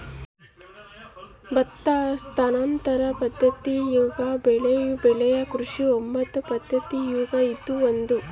ಭತ್ತ ಸ್ಥಾನಾಂತರ ಪದ್ದತಿಯಾಗ ಬೆಳೆಯೋ ಬೆಳೆ ಕೃಷಿಯ ಒಂಬತ್ತು ಪದ್ದತಿಯಾಗ ಇದು ಒಂದು